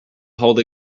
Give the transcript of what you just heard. hold